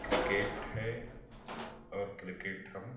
cricket है और cricket हम